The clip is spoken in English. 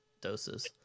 doses